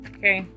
Okay